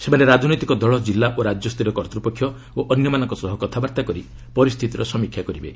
ସେମାନେ ରାଜନୈତିକ ଦଳ ଜିଲ୍ଲା ଓ ରାଜ୍ୟସ୍ତରୀୟ କର୍ତ୍ତ୍ୱପକ୍ଷ ଓ ଅନ୍ୟମାନଙ୍କ ସହ କଥାବାର୍ତ୍ତା କରି ପରିସ୍ଥିତିର ସମୀକ୍ଷା କରିବେ